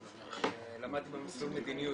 למדתי במסלול מדיניות,